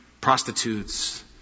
prostitutes